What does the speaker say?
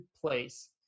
place